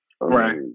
Right